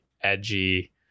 edgy